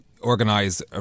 organise